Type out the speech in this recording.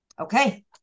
Okay